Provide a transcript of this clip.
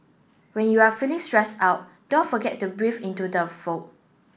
when you are feeling stressed out don't forget to breathe into the void